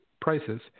prices